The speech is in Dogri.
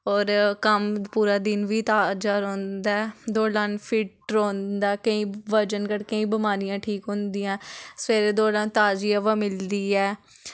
होर कम्म पूरा दिन बी ताजा रौंह्दा ऐ दौड़ लानै नै फिट्ट रौंह्दा ऐ केईं बजन घटदा केईं बमारियां ठीक होंदियां न सवेरे दौड़ने नै ताजी हवा मिलदी ऐ